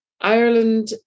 Ireland